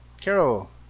Carol